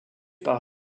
par